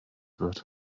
wird